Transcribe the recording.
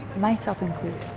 myself and